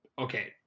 Okay